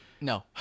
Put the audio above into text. No